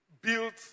built